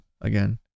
Again